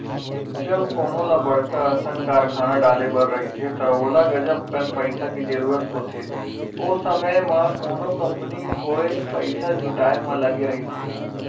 जब कोनो ल बड़का असन कारखाना डाले बर रहिथे त ओला गजब कन पइसा के जरूरत होथे, ओ समे म कोनो कंपनी होय पइसा जुटाय म लगे रहिथे